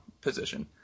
position